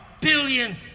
billion